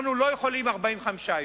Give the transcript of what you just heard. אנחנו לא יכולים 45 יום.